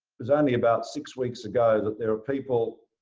was only about six weeks ago that there were people,